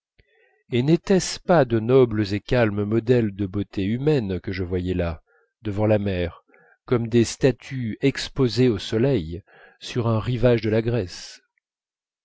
et nétaient ce pas de nobles et calmes modèles de beauté humaine que je voyais là devant la mer comme des statues exposées au soleil sur un rivage de la grèce